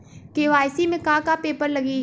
KYC में का का पेपर लगी?